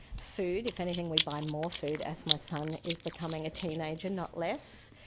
food, if anything we buy more food as my son is becoming a teenager, not less.